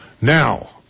Now